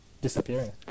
disappearing